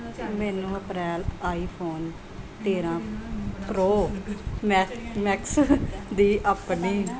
ਮੈਨੂੰ Apple iPhone ਤੇਰ੍ਹਾਂ pro ਮੈਥ ਮੈਕਸ ਦੀ ਆਪਣੀ